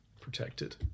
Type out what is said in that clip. protected